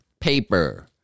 paper